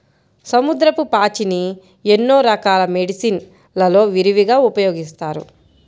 సముద్రపు పాచిని ఎన్నో రకాల మెడిసిన్ లలో విరివిగా ఉపయోగిస్తారు